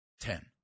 Ten